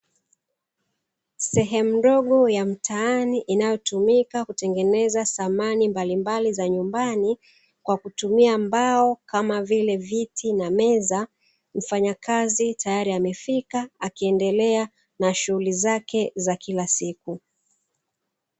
Sehemu ndogo ya mtaani inayotumika kutumia dhamani mfanyakazi tayari amefika akiendelea na shughuli zake za kila siku